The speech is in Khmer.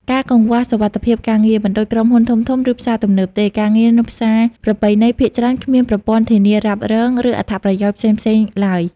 ការកង្វះសុវត្ថិភាពការងារ មិនដូចក្រុមហ៊ុនធំៗ ឬផ្សារទំនើបទេ ការងារនៅផ្សារប្រពៃណីភាគច្រើនគ្មានប្រព័ន្ធធានារ៉ាប់រង ឬអត្ថប្រយោជន៍ផ្សេងៗឡើយ។